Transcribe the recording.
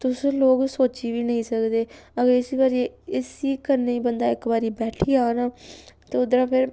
तुस लोग सोच्ची बी नेईं सकदे अगर इस्सी करियै इस्सी करने गी बंदा इक बारी बैठी जाऽ ना ते उद्धरा फिर